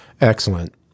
Excellent